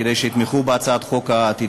כדי שיתמכו בהצעת החוק העתידית.